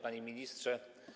Panie Ministrze!